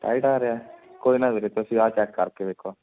tight ਆ ਰਿਹਾ ਕੋਈ ਨਾ ਵੀਰੇ ਤੁਸੀਂ ਆਹ ਚੈੱਕ ਕਰਕੇ ਵੇਖੋ